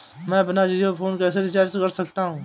मैं अपना जियो फोन कैसे रिचार्ज कर सकता हूँ?